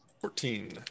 fourteen